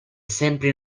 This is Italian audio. sempre